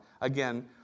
again